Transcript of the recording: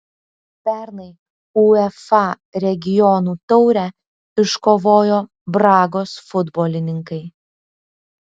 pernai uefa regionų taurę iškovojo bragos futbolininkai